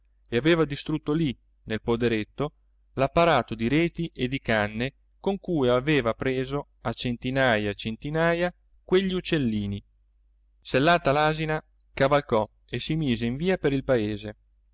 e aveva distrutto lì nel poderetto l'apparato di reti e di canne con cui aveva preso a centinaja e centinaja quegli uccellini sellata l'asina cavalcò e si mise in via per il paese